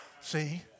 See